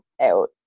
out